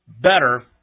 better